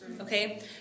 okay